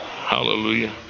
Hallelujah